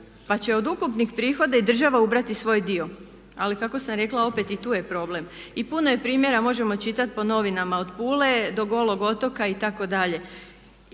pa će od ukupnih prihoda i država ubrati svoj dio. Ali kako sam rekla opet i tu je problem. I puno je primjera, možemo čitati po novinama, od Pule do Golog otoka itd.